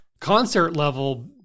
concert-level